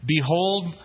Behold